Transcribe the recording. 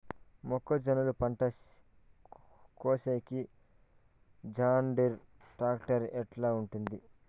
మొక్కజొన్నలు పంట కోసేకి జాన్డీర్ టాక్టర్ ఎట్లా ఉంటుంది?